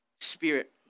spirit